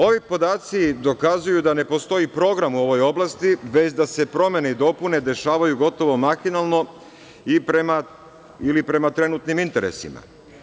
Ovi podaci dokazuju da ne postoji program u ovoj oblasti, već da se promene i dopune dešavaju gotovo mahinalno ili prema trenutnim interesima.